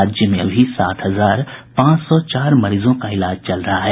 राज्य में अभी सात हजार पांच सौ चार मरीजों का इलाज चल रहा है